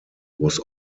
was